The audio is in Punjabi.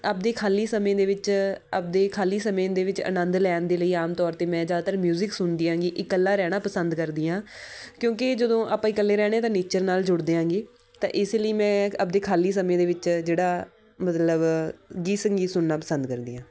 ਆਪਣੇ ਖਾਲੀ ਸਮੇਂ ਦੇ ਵਿੱਚ ਆਪਣੇ ਖਾਲੀ ਸਮੇਂ ਦੇ ਵਿੱਚ ਆਨੰਦ ਲੈਣ ਦੇ ਲਈ ਆਮ ਤੌਰ 'ਤੇ ਮੈਂ ਜ਼ਿਆਦਾਤਰ ਮਿਊਜ਼ਿਕ ਸੁਣਦੀ ਆਂਗੀ ਇਕੱਲਾ ਰਹਿਣਾ ਪਸੰਦ ਕਰਦੀ ਹਾਂ ਕਿਉਂਕਿ ਜਦੋਂ ਆਪਾਂ ਇਕੱਲੇ ਰਹਿੰਦੇ ਹਾਂ ਤਾਂ ਨੇਚਰ ਨਾਲ ਜੁੜਦੇ ਆਂਗੇ ਤਾਂ ਇਸੇ ਲਈ ਮੈਂ ਆਪਣੇ ਖਾਲੀ ਸਮੇਂ ਦੇ ਵਿੱਚ ਜਿਹੜਾ ਮਤਲਬ ਗੀਤ ਸੰਗੀਤ ਸੁਣਨਾ ਪਸੰਦ ਕਰਦੀ ਹਾਂ